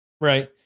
Right